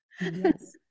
Yes